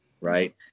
right